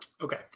Okay